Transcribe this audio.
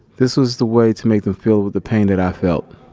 this was the way to make them feel the pain that i felt.